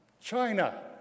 China